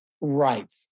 Right